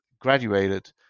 graduated